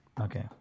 Okay